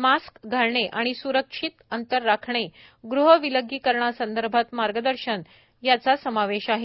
mask घालणे आणि सुरक्षित अंतर राखणे गृह विलगिकरणासंदर्भात मार्गदर्शन आदींचा समावेश आहे